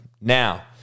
Now